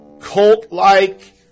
cult-like